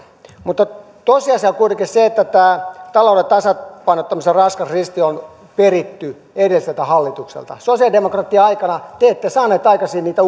tosiasia on kuitenkin se että tämä talouden tasapainottamisen raskas risti on peritty edelliseltä hallitukselta sosialidemokraattien aikana te ette saaneet aikaiseksi niitä